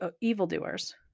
evildoers